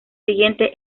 siguiente